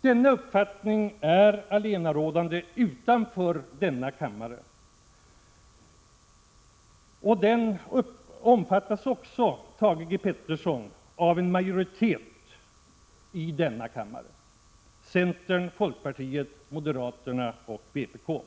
Denna uppfattning är allenarådande utanför kammaren. Den omfattas också, Thage G. Peterson, av en majoritet av denna kammare — centern, folkpartiet, moderaterna och vpk.